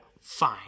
Fine